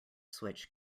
switch